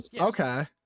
Okay